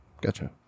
Gotcha